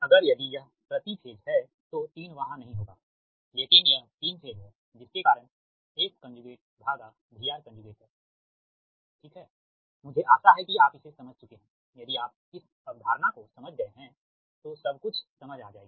अगर यदि यह प्रति फेज है तो 3 वहां नही होगा लेकिन यह 3 फेज है जिसके कारण SVRहै यह ठीक है मुझे आशा है कि आप इसे समझ चुके है यदि आप इस अवधारणा को समझ गए हैं तो सब कुछ समझ आ जाएगी